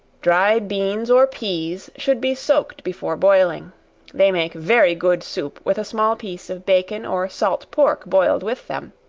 dried beans or peas should be soaked before boiling they make very good soup with a small piece of bacon or salt pork boiled with them